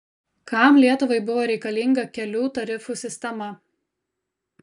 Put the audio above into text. kam lietuvai buvo reikalinga kelių tarifų sistema